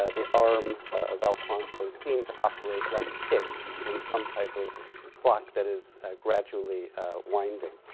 ah the arm of alfonso seem to operate like ticks in some type of clock that is gradually winding.